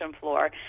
floor